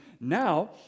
now